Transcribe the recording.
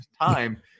time